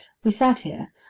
we sat here,